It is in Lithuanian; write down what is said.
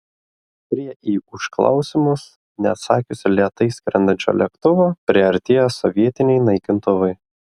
prie į užklausimus neatsakiusio lėtai skrendančio lėktuvo priartėjo sovietiniai naikintuvai